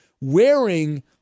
wearing